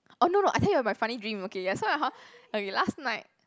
oh no no I tell you about my funny dream okay ya so right hor okay last night